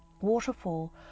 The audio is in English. waterfall